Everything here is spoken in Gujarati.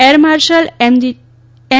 air marshal M